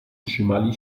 trzymali